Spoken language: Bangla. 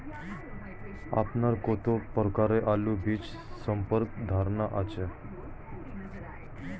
আপনার কত প্রকারের আলু বীজ সম্পর্কে ধারনা আছে?